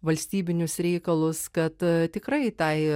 valstybinius reikalus kad tikrai tai